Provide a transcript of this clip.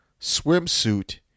swimsuit